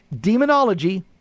demonology